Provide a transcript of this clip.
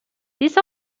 these